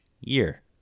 year